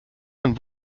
ein